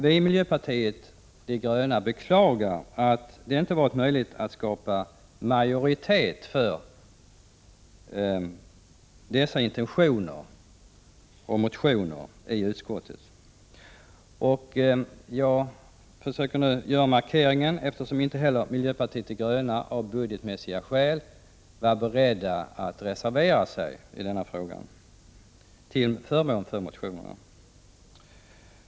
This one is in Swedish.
Vi i miljöpartiet de gröna beklagar att det inte har varit möjligt att skapa majoritet för dessa intentioner och motioner i utskottet. Jag gör nu denna markering, eftersom inte heller miljöpartiet de gröna av budgetmässiga skäl har varit berett att reservera sig i denna fråga till förmån för motionerna.